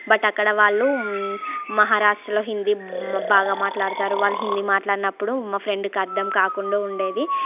but అక్కడ వాళ్ళు మహారాష్ట్రలో హిందీ బాగా మాట్లాడతారు వాళ్ళు హిందీ మాట్లాడినప్పుడు మా ఫ్రెండ్కి అర్ధం కాకుండా ఉండేది